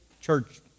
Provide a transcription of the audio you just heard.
church